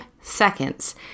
seconds